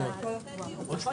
10:25.